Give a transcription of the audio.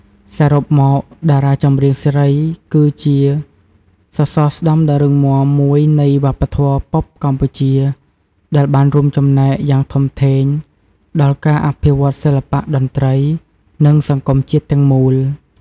សរុបមក តារាចម្រៀងស្រីគឺជា សសរស្តម្ភដ៏រឹងមាំ មួយនៃវប្បធម៌ប៉ុបកម្ពុជា ដែលបានរួមចំណែកយ៉ាងធំធេងដល់ការអភិវឌ្ឍន៍សិល្បៈ តន្ត្រី និងសង្គមជាតិទាំងមូល។